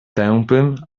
tępym